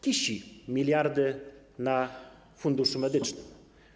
Kisi miliardy w Funduszu Medycznym.